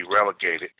relegated